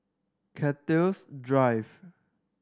Cactus Drive